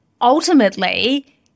ultimately